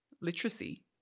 literacy